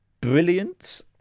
brilliant